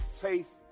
faith